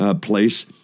Place